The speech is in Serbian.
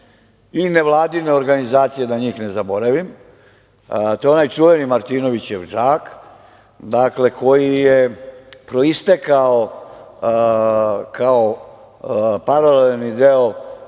i nevladine organizacije, da njih ne zaboravim, to je onaj čuveni Martinovićev zakon koji je proistekao kao paralelni deo